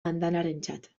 andanarentzat